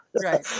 right